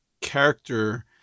character